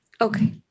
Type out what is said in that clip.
Okay